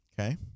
okay